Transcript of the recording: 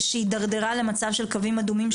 שהתדרדרה למצב של קוים אדומים,